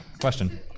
question